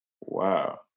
Wow